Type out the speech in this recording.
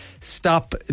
stop